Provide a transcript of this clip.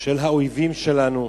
של האויבים שלנו,